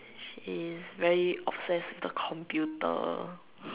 she is very obsess with the computer